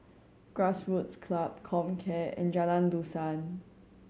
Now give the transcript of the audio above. Grassroots Club Comcare and Jalan Dusan